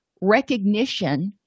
recognition